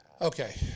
Okay